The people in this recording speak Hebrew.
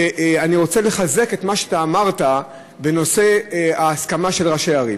ואני רוצה לחזק את מה שאתה אמרת בנושא ההסכמה של ראשי ערים.